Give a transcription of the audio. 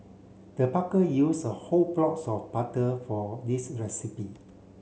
the used a whole blocks of butter for this recipe